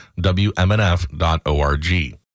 WMNF.org